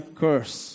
curse